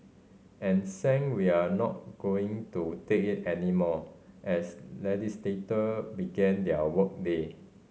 and sang we're not going to take it anymore as legislator began their work day